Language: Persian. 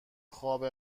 خواب